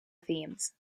themes